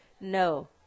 no